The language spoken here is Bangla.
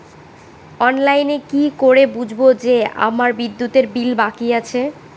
অনলাইনে কি করে বুঝবো যে আমার বিদ্যুতের বিল বাকি আছে?